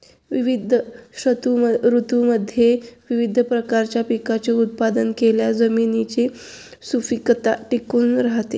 विविध ऋतूंमध्ये विविध प्रकारच्या पिकांचे उत्पादन केल्यास जमिनीची सुपीकता टिकून राहते